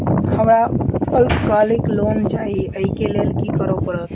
हमरा अल्पकालिक लोन चाहि अई केँ लेल की करऽ पड़त?